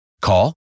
Call